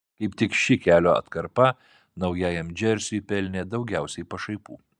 kaip tik ši kelio atkarpa naujajam džersiui pelnė daugiausiai pašaipų